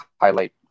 highlight